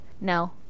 No